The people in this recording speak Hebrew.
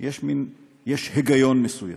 יש היגיון מסוים.